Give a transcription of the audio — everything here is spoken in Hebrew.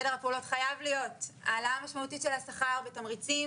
סדר הפעולות חייב להיות העלאה משמעותית של השכר ותמריצים.